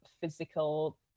physical